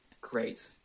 great